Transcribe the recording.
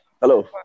Hello